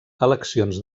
eleccions